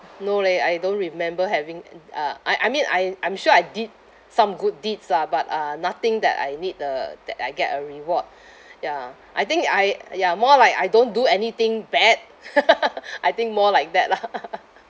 no leh I don't remember having and uh I I mean I I'm sure I did some good deeds lah but uh nothing that I need a that I get a reward ya I think I ya more like I don't do anything bad I think more like that lah